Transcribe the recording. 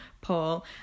paul